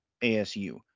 ASU